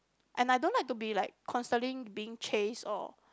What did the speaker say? and I don't like to be like constantly being chase or